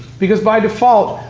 because, by default,